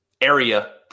area